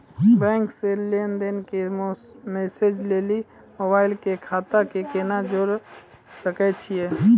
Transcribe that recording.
Bank से लेंन देंन के मैसेज लेली मोबाइल के खाता के केना जोड़े सकय छियै?